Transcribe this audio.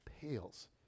pales